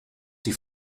die